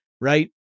right